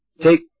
take